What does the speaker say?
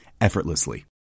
effortlessly